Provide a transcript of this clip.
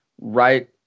right